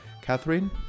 Catherine